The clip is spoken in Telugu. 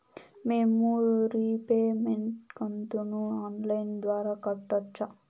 మేము రీపేమెంట్ కంతును ఆన్ లైను ద్వారా కట్టొచ్చా